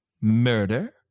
Murder